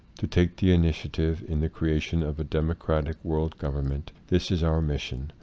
to take the initiative in the cre ation of a democratic world govern ment this is our mission,